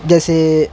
جیسے